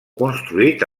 construït